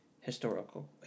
historical